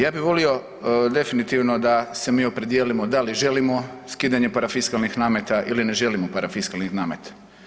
Ja bi volio definitivno da se mi opredijelimo da li želimo skidanje parafiskalnih nameta ili ne želimo parafiskalni namet.